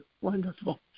Wonderful